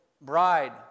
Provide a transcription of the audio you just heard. bride